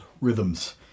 Rhythms